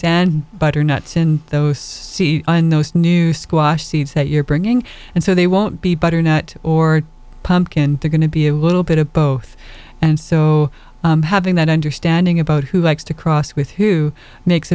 and butternuts in those and those new squash seeds that you're bringing and so they won't be better net or pumpkin they're going to be a little bit of both and so having that understanding about who likes to cross with who makes a